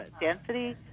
density